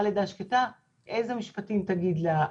לידה שקטה איזה משפטים צריך להגיד לה,